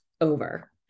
over